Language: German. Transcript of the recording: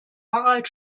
harald